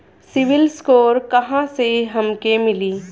CIBIL score कहाँसे हमके मिली?